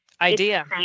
idea